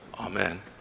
amen